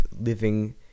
living